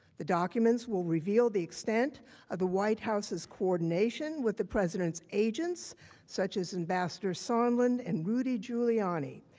the documents will reveal the extent of the white house's coordination with the president's agents such as ambassador sondland and rudy giuliani.